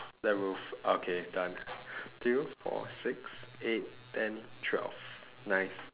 the roof okay done two four six eight ten twelve nice